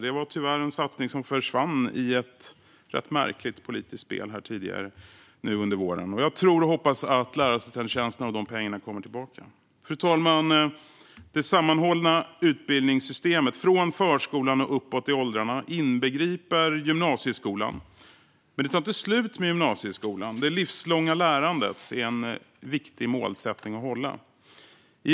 Det var tyvärr en satsning som försvann i ett ganska märkligt politiskt spel nu under våren. Jag tror och hoppas att lärarassistenttjänsterna och pengarna till dem kommer tillbaka. Fru talman! Det sammanhållna utbildningssystemet, från förskolan och uppåt i åldrarna, inbegriper gymnasieskolan. Men det tar inte slut med gymnasieskolan. Det livslånga lärandet är en viktig målsättning att hålla fast vid.